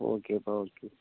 ஓகேப்பா ஓகே